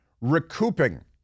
recouping